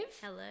Hello